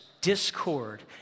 discord